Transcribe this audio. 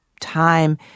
time